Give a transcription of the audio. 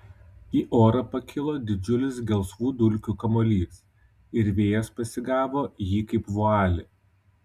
į orą pakilo didžiulis gelsvų dulkių kamuolys ir vėjas pasigavo jį kaip vualį